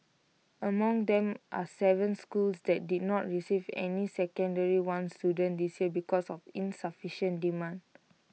among them are Seven schools that did not receive any secondary one students this year because of insufficient demand